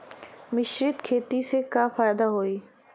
मिश्रित खेती से का फायदा होई?